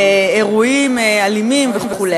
אירועים אלימים וכו',